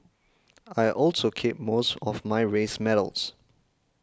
I also keep most of my race medals